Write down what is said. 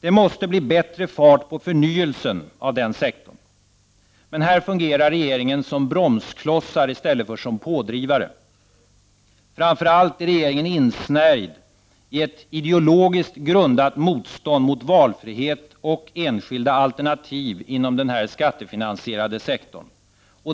Det måste bli bättre fart på förnyelsen av den sektorn. Men här fungerar regeringen som bromskloss i stället för som pådrivare. Framför allt är regeringen insnärjd i ett ideologiskt grundat motstånd mot valfrihet och enskilda alternativ inom den skattefinansierade sektorn.